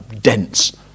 dense